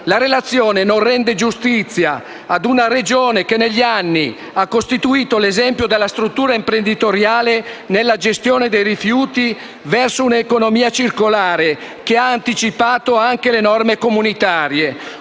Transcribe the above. La relazione non rende giustizia ad una Regione che, negli anni, ha costituito l'esempio della struttura imprenditoriale nella gestione dei rifiuti verso un'economia circolare che ha anticipato anche le norme comunitarie;